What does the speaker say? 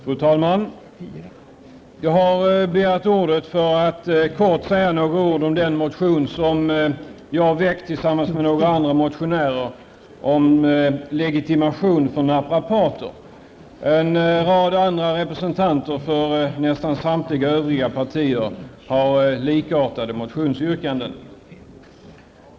Fru talman! Jag har begärt ordet för att kort säga några ord om den motion om legitimation för naprapater som jag har väckt tillsammans med några andra motionärer. En rad representanter för nästan samtliga övriga partier har likartade motionsyrkanden.